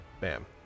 Bam